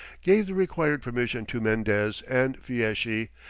gave the required permission to mendez and fieschi,